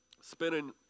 spinning